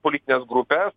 politines grupes